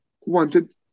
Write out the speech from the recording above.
wanted